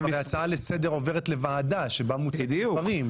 הרי הצעה לסדר עוברת לוועדה שבה מוצגים דברים.